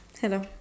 hello